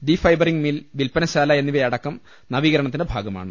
D ഫൈബറിങ് mill വിൽപ്പനശാല എന്നി വയടക്കം നവീകരണത്തിന്റെ ഭാഗമാണ്